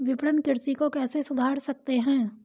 विपणन कृषि को कैसे सुधार सकते हैं?